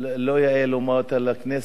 לא יאה לומר אותה לכנסת,